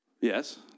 yes